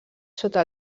sota